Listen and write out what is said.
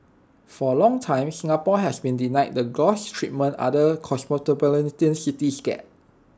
for A long time Singapore has been denied the gloss treatment other cosmopolitan cities get